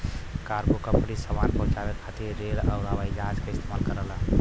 cargo company सामान पहुंचाये खातिर रेल आउर हवाई जहाज क इस्तेमाल करलन